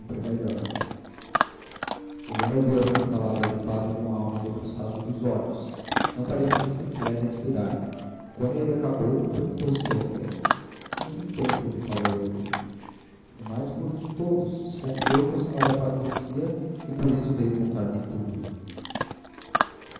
melhor helena ouviu estas palavras do padre com a alma debruçada dos olhos não parecia sequer respirar quando ele acabou perguntou sôfrega com que intento lhe falou ele como mais puro de todos desconfiou que a senhora padecia e por isso veio contarme tudo